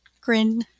Grin